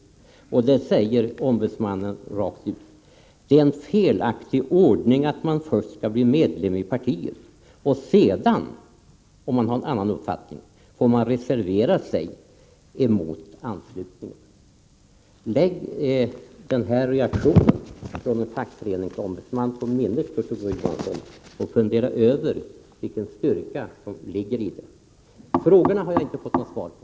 I intervjun säger ombudsmannen: ”Det är en felaktig ordning att man först skall bli medlem i partiet. Och sedan — om man har en annan uppfattning — får man reservera sig mot anslutningen.” Lägg den här reaktionen från en fackföreningsombudsman på minnet, Kurt Ove Johansson, och fundera över vilken styrka som ligger i den! Slutligen: Mina frågor har jag inte fått något svar på.